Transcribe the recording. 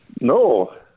No